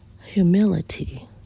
humility